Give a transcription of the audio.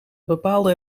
bepaalde